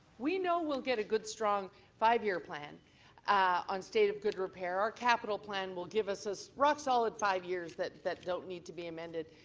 we know we'll get a good strong five year plan on state of good repair. our capital plan will give us a rock solid five years that that don't need to be amended.